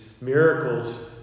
miracles